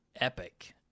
epic